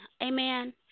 amen